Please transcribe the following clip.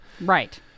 Right